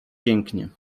pięknie